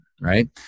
right